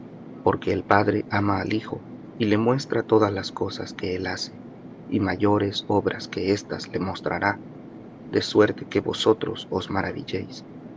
porque el padre ama al hijo y le muestra todas las cosas que él hace y mayores obras que éstas le mostrará de suerte que vosotros os maravilléis